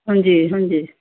ਹਾਂਜੀ ਹਾਂਜੀ